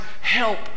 help